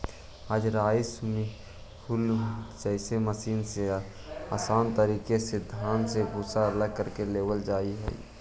आज rice huller जइसन machine से आसान तरीका से धान के भूसा अलग कर लेवल जा हई